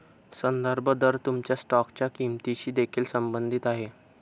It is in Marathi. संदर्भ दर तुमच्या स्टॉकच्या किंमतीशी देखील संबंधित आहे